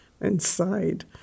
Inside